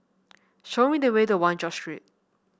show me the way to One George Street